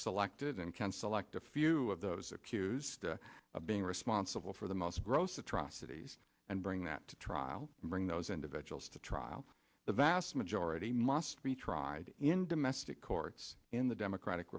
selected and can select a few of those accused of being responsible for the most gross atrocities and bring that to trial bring those individuals to trial the vast majority must be tried in domestic courts in the democratic